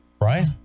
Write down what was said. Right